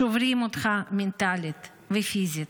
שוברים אותך מנטלית ופיזית.